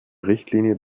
richtlinie